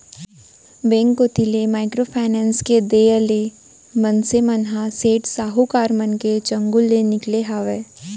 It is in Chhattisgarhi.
बेंक कोती ले माइक्रो फायनेस के देय ले मनसे मन ह सेठ साहूकार मन के चुगूल ले निकाले हावय